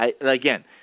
Again